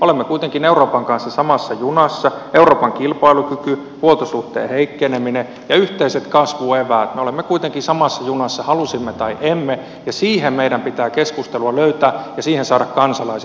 olemme kuitenkin euroopan kanssa samassa junassa euroopan kilpailukyky huoltosuhteen heikkeneminen ja yhteiset kasvueväät halusimme tai emme ja siihen meidän pitää keskustelua löytää ja siihen saada kansalaiset mukaan